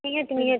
ନିହାତି ନିହାତି